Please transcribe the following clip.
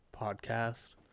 podcast